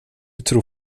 tror